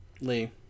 Lee